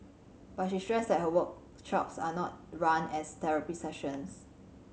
but she stressed that her work are not run as therapy sessions